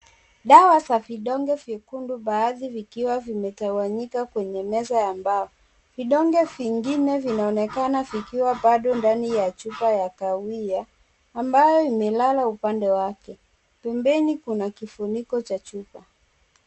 Dawa za vidonge vyekundu baadhi vikiwa vimetawanyika kwenye meza ya mbao. Vidonge vingine vinaonekana vikiwa bado ndani ya chupa ya kahawia ambayo imelala upande wake. Pembeni kuna kifuniko cha chupa.